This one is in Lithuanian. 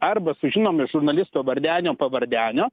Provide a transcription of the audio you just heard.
arba sužinom iš žurnalisto vardenio pavardenio